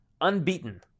unbeaten